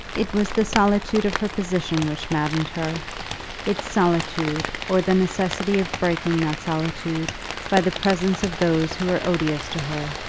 it was the solitude of her position which maddened her its solitude, or the necessity of breaking that solitude by the presence of those who were odious to her.